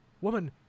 woman